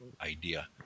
idea